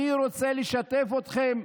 אני רוצה לשתף אתכם.